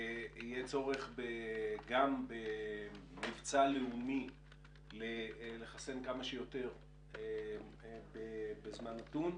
יהיה צורך גם במבצע לאומי לחסן כמה שיותר בזמן נתון,